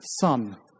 son